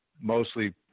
mostly